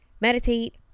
Meditate